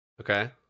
Okay